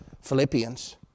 Philippians